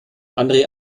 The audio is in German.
andere